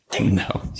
No